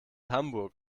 hamburg